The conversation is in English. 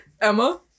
Emma